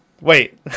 Wait